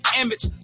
image